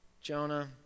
Jonah